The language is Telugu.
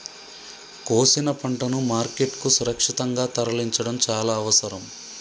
కోసిన పంటను మార్కెట్ కు సురక్షితంగా తరలించడం చాల అవసరం